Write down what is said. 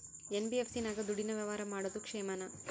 NBFC ನಾಗ ದುಡ್ಡಿನ ವ್ಯವಹಾರ ಮಾಡೋದು ಕ್ಷೇಮಾನ?